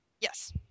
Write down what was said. Yes